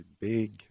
big